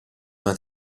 una